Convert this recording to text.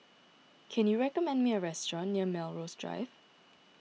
can you recommend me a restaurant near Melrose Drive